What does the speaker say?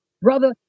brother